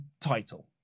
title